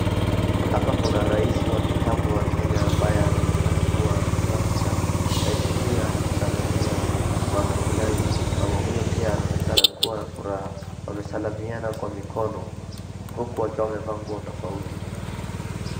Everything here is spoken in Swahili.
Hapa kuna rais wa kitambo wa Kenya ambaye anaonekana kuwa ana furaha sana. Rais huyo anamsalamia mama fulani. Mama huyo pia anaonekana kuwa na furaha, wamesalamiana kwa mkono uku wakiwa wamevaa nguo tofauti.